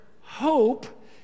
hope